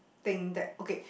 thing that okay